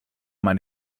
mein